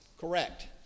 Correct